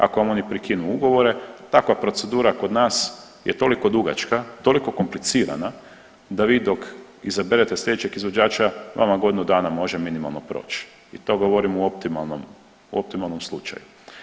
Ako vam oni prekinu ugovore, takva procedura kod nas je toliko dugačka, toliko komplicirana da vi dok izaberete sljedećeg izvođača, vama godinu dana može minimalno proći i to govorim u optimalnom, optimalnom slučaju.